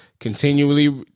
Continually